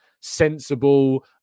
sensible